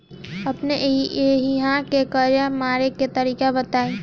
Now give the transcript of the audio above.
अपने एहिहा के कीड़ा मारे के तरीका बताई?